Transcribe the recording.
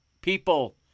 people